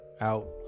out